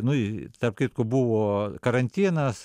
nu i tarp kitko buvo karantinas